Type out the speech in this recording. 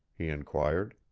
he inquired.